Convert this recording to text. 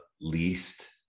least